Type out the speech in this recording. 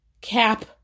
Cap